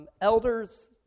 Elders